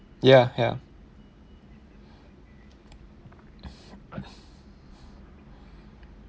ya have